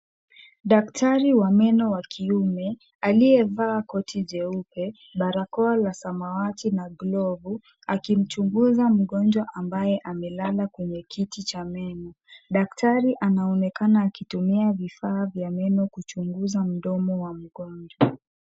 Daktari wa meno wa kiume aliyevaa koti jeupe, barakoa la samawati na glovu, akimchunguza mgonjwa ambaye amelala kwenye kiti cha meno. Daktari anaonekana akitumia vifaa vya meno kuchunguza mdomo wa mgonjwa.